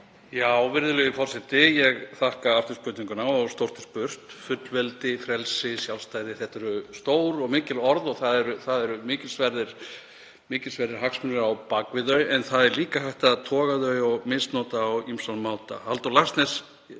Virðulegi forseti. Ég þakka aftur spurninguna og stórt er spurt: Fullveldi, frelsi, sjálfstæði. Þetta eru stór og mikil orð og það eru mikilsverðir hagsmunir á bak við þau en það er líka hægt að toga þau og misnota á ýmsan máta. Ég fer